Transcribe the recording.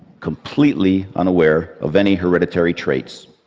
completely unaware of any hereditary traits,